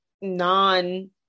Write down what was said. non